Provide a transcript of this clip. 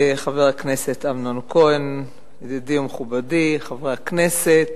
חבר הכנסת אמנון כהן ידידי ומכובדי חבר הכנסת,